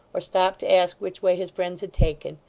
or stopped to ask which way his friends had taken,